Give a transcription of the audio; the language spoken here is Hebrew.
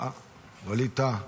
ווליד טאהא,